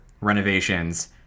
renovations